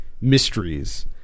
mysteries